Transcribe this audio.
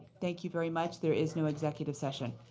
thank you very much. there is no executive session.